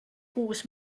kuus